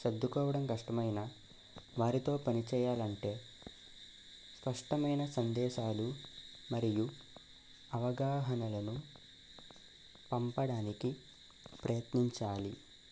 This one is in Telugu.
సర్దుకోవడం కష్టం అయినా వారితో పనిచేయాలి అంటే స్పష్టమైన సందేశాలు మరియు అవగాహనలను పంపడానికి ప్రయత్నించాలి